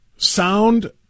Sound